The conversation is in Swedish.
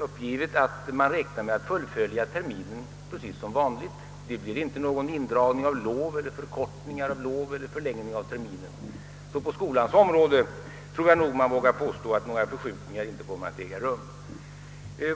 uppgivit, att man räknar med att fullfölja terminen precis som vanligt. Det blir inte någon indragning eller förkortning av lov eller någon förlängning av terminen. På skolans område tror jag därför att man vågar påstå att några förskjutningar inte kommer att äga rum.